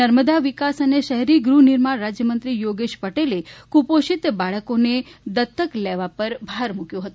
નર્મદા વિકાસ અને શહેરી ગૃહ નિર્માણ રાજ્યમંત્રી યોગેશ પટેલે કુપોષિત બાળકોને દત્તક લેવા પર ભાર મૂક્યો હતો